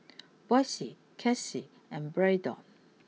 Boysie Kelsie and Braedon